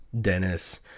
Dennis